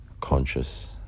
conscious